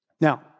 Now